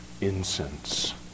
incense